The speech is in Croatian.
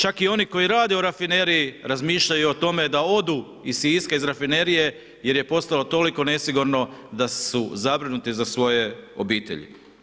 Čak i oni koji rade u rafineriji razmišljaju o tome da odu iz Siska, iz rafinerije jer je postalo toliko nesigurno da su zabrinuti za svoje obitelji.